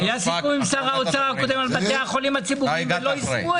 היה סיכום עם שר האוצר הקודם על בתי החולים הציבוריים ולא יישמו את זה.